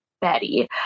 Betty